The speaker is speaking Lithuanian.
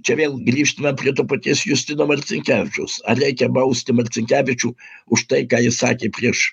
čia vėl grįžtame prie to paties justino marcinkevičiaus ar reikia bausti marcinkevičių už tai ką jis sakė prieš